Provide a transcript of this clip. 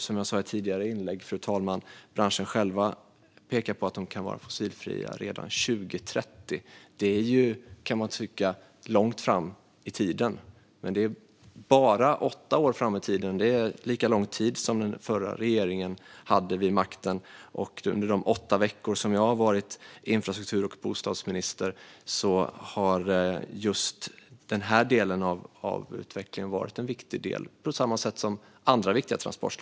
Som jag sa i ett tidigare inlägg, fru talman, pekar ju branschen själv på att den kan vara fossilfri redan 2030. Det kan man tycka är långt fram i tiden, men det är om "bara" åtta år. Det är lika lång tid som den förra regeringen hade vid makten. Under de åtta veckor som jag har varit infrastruktur och bostadsminister har just detta varit en viktig del av utvecklingen, på samma sätt som andra viktiga transportslag.